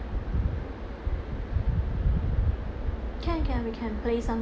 can can we can play some